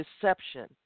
deception